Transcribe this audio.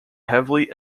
heavily